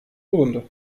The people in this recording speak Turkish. bulundu